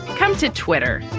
come to twitter,